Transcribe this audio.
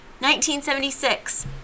1976